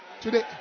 Today